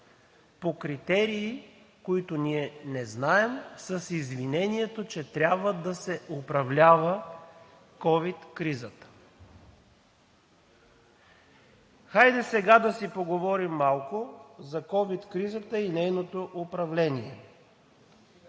по критерии, които ние не знаем, с извинението, че трябва да се управлява ковид кризата. Хайде сега да си поговорим малко за ковид кризата и нейното управление.